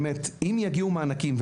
אם יגיעו מענקים,